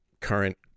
current